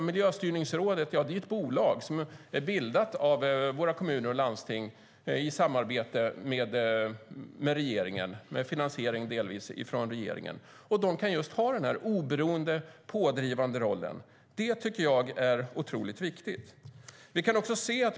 Miljöstyrningsrådet är ett bolag som är bildat av våra kommuner och landsting i samarbete med regeringen och med viss finansiering från regeringen. Miljöstyrningsrådet kan ha den oberoende pådrivande rollen, vilket är viktigt.